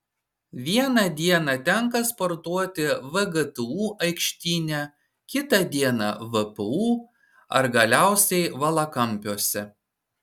vieną dieną tenka sportuoti vgtu aikštyne kita dieną vpu ar galiausiai valakampiuose